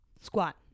Squat